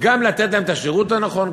ולתת להם את השירות הנכון,